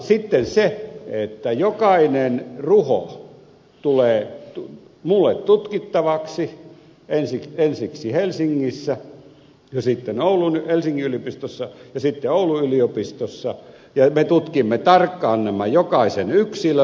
sitten sovittiin että jokainen ruho tulee minulle tutkittavaksi ensiksi helsingin yliopistossa ja sitten oulun yliopistossa ja me tutkimme tarkkaan jokaisen yksilön